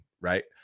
right